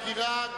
ההגירה,